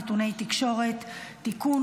נתוני תקשורת) (תיקון,